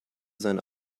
seine